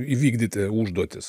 įvykdyti užduotis